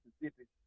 Mississippi